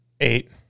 Eight